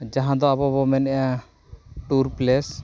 ᱡᱟᱦᱟᱸ ᱫᱚ ᱟᱵᱚᱵᱚᱱ ᱢᱮᱱᱮᱜᱼᱟ ᱴᱩᱨ ᱯᱞᱮᱥ